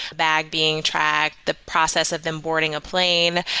bag being tracked, the process of them boarding a plane.